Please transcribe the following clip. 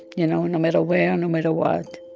you know, no matter where, no matter what.